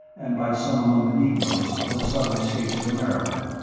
and by some among the negroes of the southern states of america,